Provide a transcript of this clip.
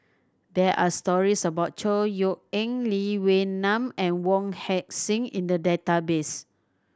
there are stories about Chor Yeok Eng Lee Wee Nam and Wong Heck Sing in the database